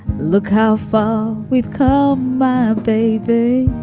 look how far we've come, my baby